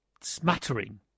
smattering